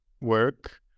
work